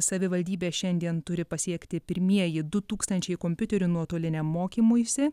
savivaldybes šiandien turi pasiekti pirmieji du tūkstančiai kompiuterių nuotoliniam mokymuisi